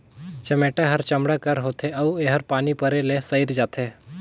चमेटा हर चमड़ा कर होथे अउ एहर पानी परे ले सइर जाथे